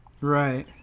Right